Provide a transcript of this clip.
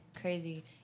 crazy